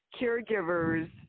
caregivers